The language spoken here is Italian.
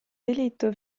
delitto